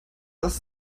dass